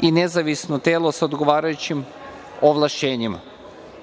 i nezavisno telo sa odgovarajućim ovlašćenjima. Vlada